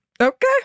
Okay